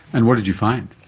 and what did you find?